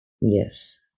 Yes